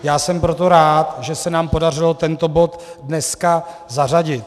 Já jsem proto rád, že se nám podařilo tento bod dneska zařadit.